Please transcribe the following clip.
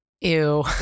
ew